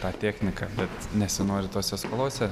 tą techniką bet nesinori tose skolose